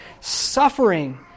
suffering